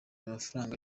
amafaranga